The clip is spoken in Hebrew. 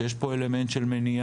שיש פה אלמנט של מניעה